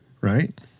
right